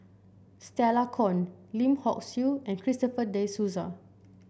Stella Kon Lim Hock Siew and Christopher De Souza